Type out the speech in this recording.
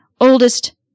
oldest